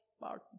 Martin